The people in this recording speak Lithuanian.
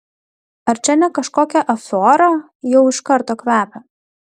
ar čia ne kažkokia afiora jau iš karto kvepia